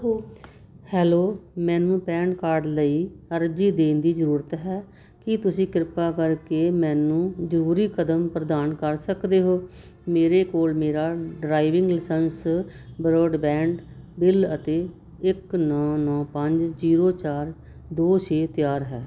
hello ਮੈਨੂੰ PAN card ਲਈ ਅਰਜ਼ੀ ਦੇਣ ਦੀ ਜ਼ਰੂਰਤ ਹੈ ਕੀ ਤੁਸੀਂ ਕ੍ਰਿਪਾ ਕਰਕੇ ਮੈਨੂੰ ਜ਼ਰੂਰੀ ਕਦਮ ਪ੍ਰਦਾਨ ਕਰ ਸਕਦੇ ਹੋ ਮੇਰੇ ਕੋਲ ਮੇਰਾ ਡਰਾਈਵਿੰਗ ਲਾਇਸੈਂਸ ਬ੍ਰੌਡਬੈਂਡ ਬਿੱਲ ਅਤੇ ਇੱਕ ਨੌਂ ਨੌਂ ਪੰਜ ਜ਼ੀਰੋ ਚਾਰ ਦੋ ਛੇ ਤਿਆਰ ਹੈ